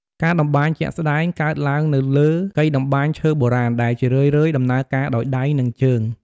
ការតម្បាញជាក់ស្តែងកើតឡើងនៅលើ កីតម្បាញឈើបុរាណ ដែលជារឿយៗដំណើរការដោយដៃ និងជើង។